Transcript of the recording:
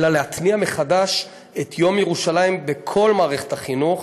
אלא להתניע מחדש את יום ירושלים בכל מערכת החינוך,